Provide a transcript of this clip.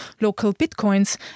LocalBitcoins